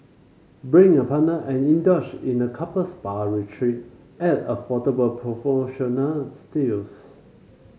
bring a partner and indulge in a couple spa retreat at affordable promotional steals